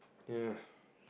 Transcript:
ya